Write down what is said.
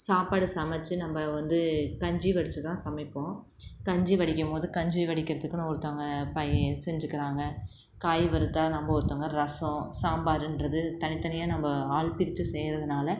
சாப்பாடு சமைச்சி நம்ம வந்து கஞ்சி வடித்து தான் சமைப்போம் கஞ்சி வடிக்கும்போது கஞ்சி வடிக்கிறதுக்குனு ஒருத்தங்க பை செஞ்சுக்கறாங்க காய் வறுத்தால் நம்ம ஒருத்தங்க ரசம் சாம்பாருன்றது தனித்தனியாக நம்ம ஆள் பிரித்து செய்கிறதுனால